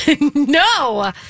no